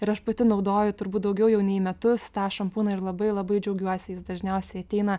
ir aš pati naudoju turbūt daugiau jau nei metus tą šampūną ir labai labai džiaugiuosi jis dažniausiai ateina